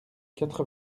quatre